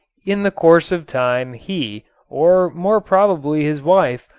in the course of time he or more probably his wife,